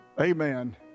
Amen